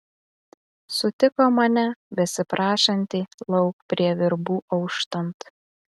sutiko mane besiprašantį lauk prie virbų auštant